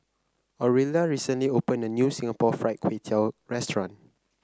Orilla recently opened a new Singapore Fried Kway Tiao Restaurant